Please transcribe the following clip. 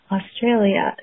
Australia